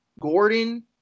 Gordon